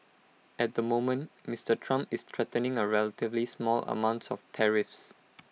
at the moment Mister Trump is threatening A relatively small amounts of tariffs